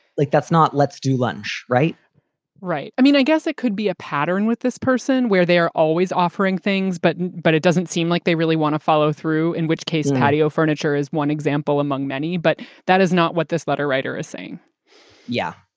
like, that's not let's do lunch. right right. i mean, i guess it could be a pattern with this person where they are always offering things. but but it doesn't seem like they really want to follow through, in which case. patio furniture is one example among many. but that is not what this letter writer is saying yeah,